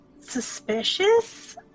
suspicious